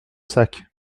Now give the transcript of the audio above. sac